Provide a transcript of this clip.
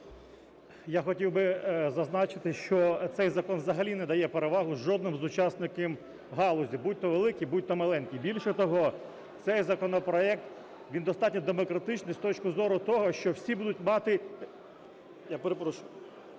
Я хотів би зазначити, що цей закон взагалі не дає перевагу жодному з учасників галузі – будь то великі, будь то маленькі. Більше того, цей законопроект він достатньо демократичний з точки зору того, що всі будуть мати… Я перепрошую.